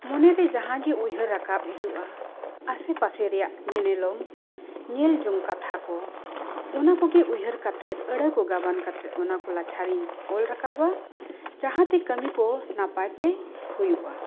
ᱢᱚᱱᱮᱨᱮ ᱡᱟᱦᱟᱸ ᱜᱮ ᱩᱭᱦᱟᱹᱨ ᱨᱟᱠᱟᱵ ᱦᱤᱡᱩᱜᱼᱟ ᱟᱥᱮ ᱯᱟᱥᱮ ᱨᱮᱱᱟᱜ ᱧᱮᱱᱮᱞᱚᱢ ᱧᱮᱞ ᱡᱚᱝ ᱠᱟᱛᱷᱟ ᱠᱚ ᱚᱱᱟ ᱠᱚᱜᱮ ᱩᱭᱦᱟᱹᱨ ᱠᱟᱛᱮᱫ ᱟᱹᱲᱟᱹ ᱠᱚ ᱜᱟᱵᱟᱱ ᱠᱟᱛᱮ ᱚᱱᱟ ᱠᱚ ᱞᱟᱪᱷᱟᱨᱤᱧ ᱚᱞ ᱨᱟᱠᱟᱵᱟ ᱡᱟᱦᱟᱸ ᱛᱮ ᱠᱟᱹᱢᱤ ᱠᱚ ᱱᱟᱯᱟᱭ ᱛᱮ ᱦᱩᱭᱩᱜᱼᱟ